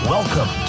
Welcome